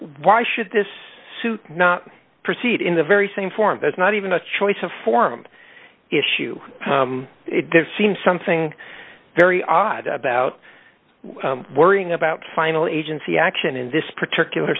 why should this suit not proceed in the very same form as not even a choice of form issue it does seem something very odd about worrying about final agency action in this particular